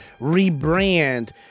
rebrand